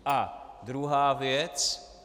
A druhá věc.